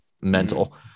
mental